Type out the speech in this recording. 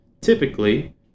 typically